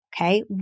Okay